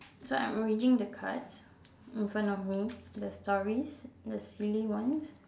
so I'm arranging the cards in front of me the stories the silly ones